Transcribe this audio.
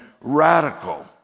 radical